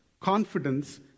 confidence